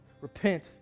repent